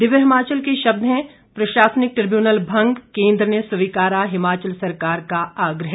दिव्य हिमाचल के शब्द हैं प्रशासनिक ट्रिब्यूनल भंग केंद्र ने स्वीकारा हिमाचल सरकार का आग्रह